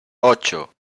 ocho